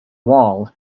wall